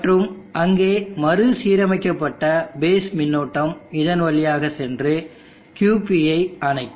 மற்றும் அங்கே மறுசீரமைக்கப்பட்ட பேஸ் மின்னோட்டம் இதன் வழியாக சென்று QP ஐ அணைக்கும்